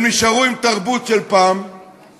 הם נשארו עם התרבות של פעם,